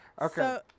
Okay